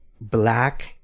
black